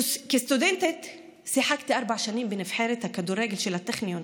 כסטודנטית שיחקתי ארבע שנים בנבחרת הכדורגל של הטכניון,